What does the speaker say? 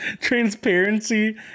transparency